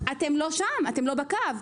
אתם לא שם, אתם לא בקו.